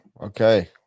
okay